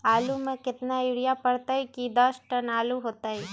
आलु म केतना यूरिया परतई की दस टन आलु होतई?